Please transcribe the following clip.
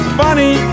funny